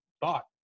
thought